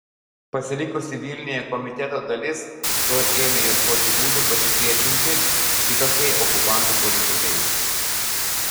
pasilikusi vilniuje komiteto dalis tuoj ėmė ieškoti būdų pasipriešinti šitokiai okupantų politikai